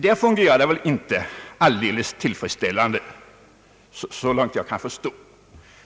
Detta fungerar nu inte alldeles tillfredsställande, så långt jag kan förstå.